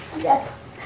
Yes